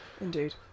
indeed